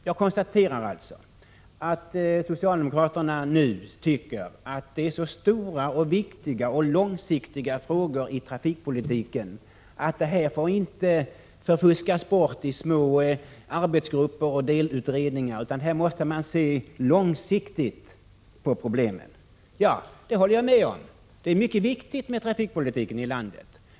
Jag konstaterar alltså att socialdemokraterna nu tycker att det är så stora, viktiga och långsiktiga frågor i trafikpolitiken att de inte får förfuskas bort i små arbetsgrupper och delutredningar utan här måste man se långsiktigt på problemen. Det håller jag med om. Det är mycket viktigt med trafikpolitiken i landet.